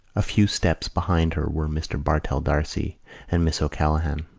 a few steps behind her were mr. bartell d'arcy and miss o'callaghan.